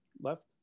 left